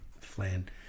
flan